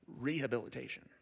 rehabilitation